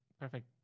perfect